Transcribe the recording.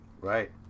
right